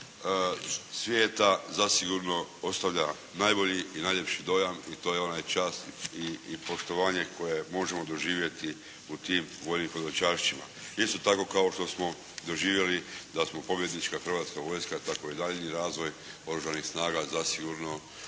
svijeta, zasigurno ostavlja najbolji i najljepši dojam i to je ona čast i poštovanje koje možemo doživjeti u tim vojnim hodočašćima. Isto tako kao što smo doživjeli da smo pobjednička Hrvatska vojska tako i daljnji razvoj oružanih snage zasigurno